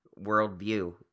worldview